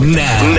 now